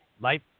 Life